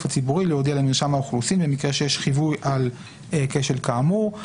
הציבורי להודיע למרשם האוכלוסין במקרה של חיווי על כשל כאמור.